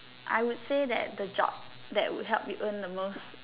I would say that the job that would help me earn the most